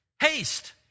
haste